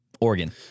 Oregon